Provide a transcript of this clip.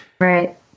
Right